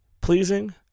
pleasing